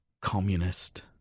communist